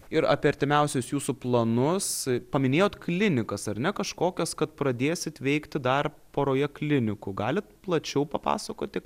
ir apie artimiausius jūsų planus paminėjot klinikas ar ne kažkokias kad pradėsit veikti dar poroje klinikų galit plačiau papasakoti